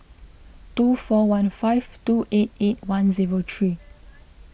two four one five two eight eight one zero three